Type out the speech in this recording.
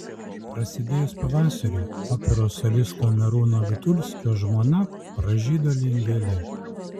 prasidėjus pavasariui operos solisto merūno vitulskio žmona pražydo lyg gėlė